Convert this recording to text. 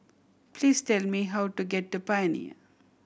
please tell me how to get to Pioneer